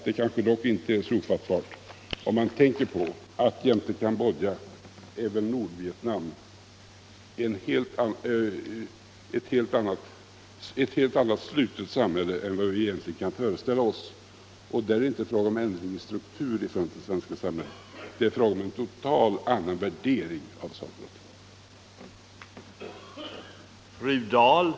Det kanske dock inice är så ofattbart om man tänker på att Nordkorea liksom Cambodja är ett mycket slutnare samhälle än vi egentligen kan föreställa oss. Det är inte fråga om en annan struktur än i det svenska samhället — det är fråga om en helt annan värdering av saker och ting.